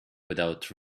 without